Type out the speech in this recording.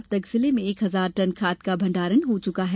अब तक जिले में एक हजार टन खाद का भंडारण हो चुका है